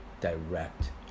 direct